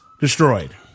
destroyed